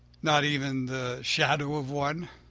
not even the shadow of one.